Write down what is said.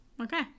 okay